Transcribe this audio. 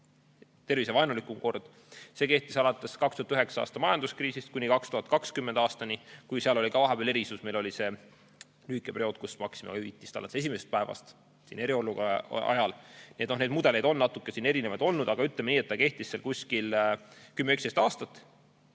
tervisevaenulikum kord – kehtis alates 2009. aasta majanduskriisist kuni 2020. aastani, kuigi seal oli ka vahepeal erisus – meil oli see lühike periood, kus maksime hüvitist alates esimesest päevast eriolukorra ajal. Nii et neid mudeleid on natuke erinevaid olnud, aga ütleme nii, et see kehtis umbes 10 või 11 aastat